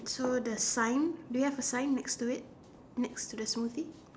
so the sign do you have a sign next to it next to the smoothie